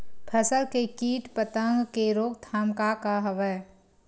फसल के कीट पतंग के रोकथाम का का हवय?